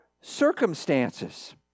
circumstances